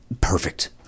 perfect